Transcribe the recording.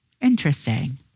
Interesting